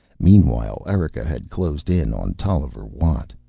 meanwhile, erika had closed in on tolliver watt.